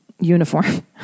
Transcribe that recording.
uniform